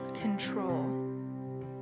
Control